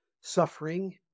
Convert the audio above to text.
suffering